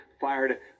fired